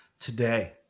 today